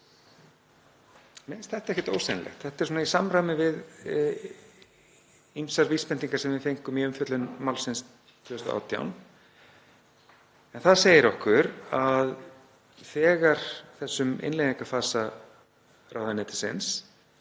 finnst þetta ekkert ósennilegt og í samræmi við ýmsar vísbendingar sem við fengum í umfjöllun málsins 2018. Það segir okkur að þegar þessum innleiðingarfasa ráðuneytisins